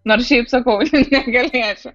nors šiaip sakau negalėčiau